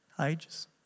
ages